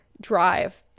drive